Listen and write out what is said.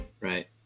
Right